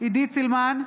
עידית סילמן,